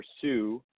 pursue